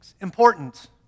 important